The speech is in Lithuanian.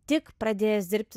tik pradėjęs dirbt